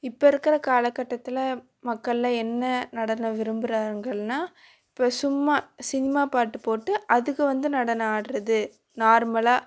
இப்போ இருக்கிற காலக்கட்டத்தில் மக்களெலாம் என்ன நடனம் விரும்புகிறாங்கள்னா இப்போ சும்மா சினிமா பாட்டு போட்டு அதுக்கு வந்து நடனம் ஆடுறது நார்மலாக